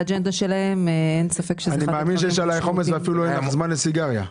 אני מאמין שיש עליך עומס ואין לך אפילו זמן לסיגריה.